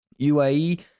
uae